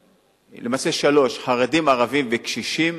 חרדים, ערבים וקשישים.